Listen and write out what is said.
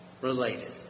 Related